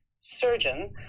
surgeon